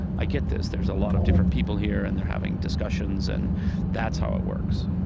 i get this. there's a lot of different people here and they're having discussions, and that's how it works.